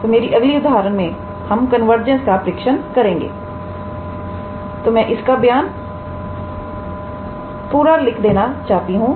तो मेरी अगली उदाहरण में हम कन्वर्जेंस का परीक्षण करेंगे तो मैं इसका पूरा बयान नहीं लिखने जा रही हूं